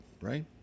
right